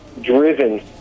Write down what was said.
driven